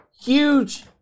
huge